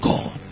God